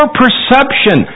perception